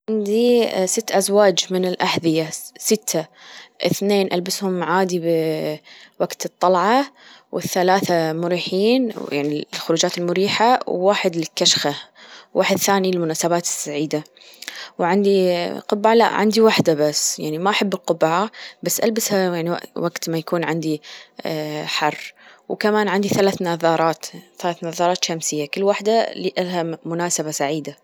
عندي ست أزواج من الأحذية ستة اثنين ألبسهم عادي ب وقت الطلعة والثلاثة مريحين ويعني الخروجات المريحة وواحد للكشخة واحد ثاني للمناسبات السعيدة وعندي قبعة لا عندي وحدة بس، ما أحب القبعة بس ألبس لما يكون عندي حر وكمان عندي ثلاث نظارات ثلاث نظارات شمسية كل وحدة الها مناسبة سعيدة.